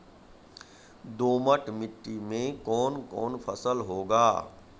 दोमट मिट्टी मे कौन कौन फसल होगा?